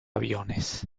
aviones